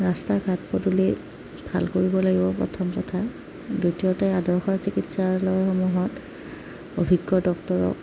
ৰাস্তা ঘাট পদূলি ভাল কৰিব লাগিব প্ৰথম কথা দ্বিতীয়তে আদৰ্শ চিকিৎসালয়সমূহত অভিজ্ঞ ডক্তৰক